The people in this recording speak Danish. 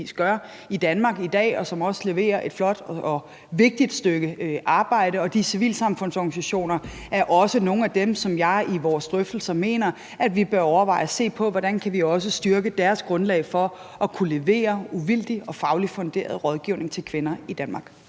heldigvis gør i Danmark i dag, og de leverer også et flot og vigtigt stykke arbejde. De civilsamfundsorganisationer er også nogle af dem, som jeg mener at vi i vores drøftelser bør overveje at se på, og vi bør overveje, hvordan vi også kan styrke deres grundlag for at kunne levere uvildig og fagligt funderet rådgivning til kvinder i Danmark.